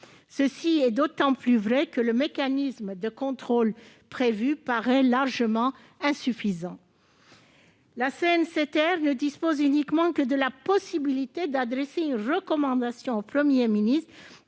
C'est d'autant plus vrai que le mécanisme de contrôle prévu paraît largement insuffisant. La CNCTR dispose uniquement de la possibilité d'adresser une recommandation au Premier ministre